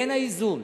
בין האיזון